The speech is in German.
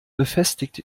befestigt